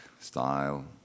style